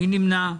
מי נמנע?